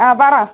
ആ പറ